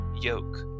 yoke